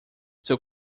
seu